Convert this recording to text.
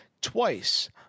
twice